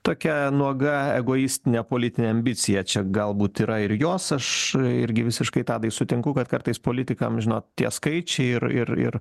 tokia nuoga egoistinė politinė ambicija čia galbūt yra ir jos aš irgi visiškai tadai sutinku kad kartais politikam žinot tie skaičiai ir ir ir